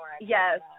Yes